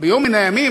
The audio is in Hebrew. ביום מן הימים,